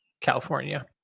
California